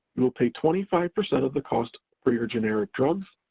you will pay twenty five percent of the cost for your generic drugs,